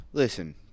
Listen